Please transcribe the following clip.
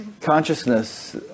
consciousness